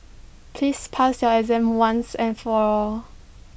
please pass your exam once and for all